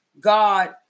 God